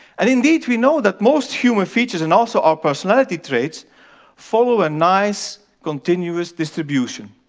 and indeed, we know that most human features and also our personality traits follow a nice continuous distribution.